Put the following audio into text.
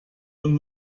than